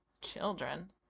children